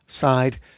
side